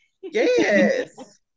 Yes